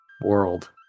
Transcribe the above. world